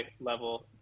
level